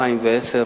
ב-2010,